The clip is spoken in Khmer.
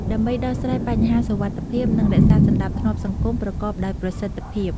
ដើម្បីដោះស្រាយបញ្ហាសុវត្ថិភាព និងរក្សាសណ្ដាប់ធ្នាប់សង្គម ប្រកបដោយប្រសិទ្ធភាព។